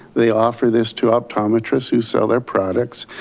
they offer this to optometrists who sell their products.